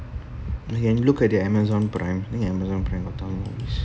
you can look at the amazon prime I think amazon prime things